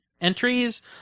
entries